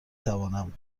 توانم